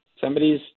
somebody's